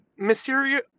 Mysterio